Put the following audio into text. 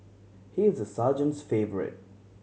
he is the sergeant's favourite